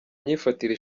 myifatire